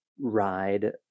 ride